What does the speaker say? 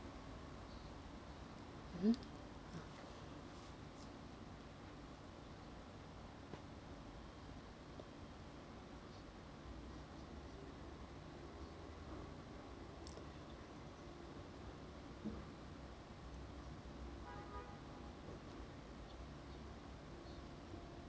mmhmm